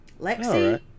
Lexi